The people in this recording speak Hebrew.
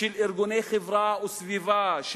של ארגוני חברה וסביבה,